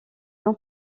non